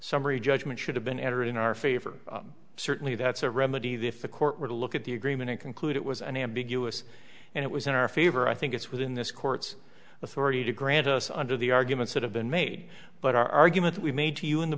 summary judgment should have been entered in our favor certainly that's a remedy the if a court were to look at the agreement and conclude it was an ambiguous and it was in our favor i think it's within this court's authority to grant us under the arguments that have been made but our arguments we made to you in the